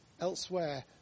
elsewhere